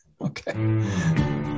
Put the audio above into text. okay